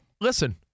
listen